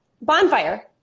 bonfire